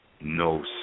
no